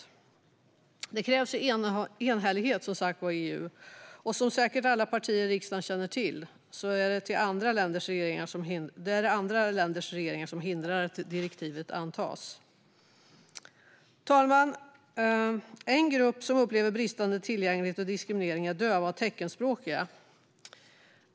Men det krävs som sagt enhällighet i EU, och som säkert alla partier i riksdagen känner till är det andra länders regeringar som hindrar att direktivet antas. Fru talman! En grupp som upplever bristande tillgänglighet och diskriminering är döva och teckenspråkiga.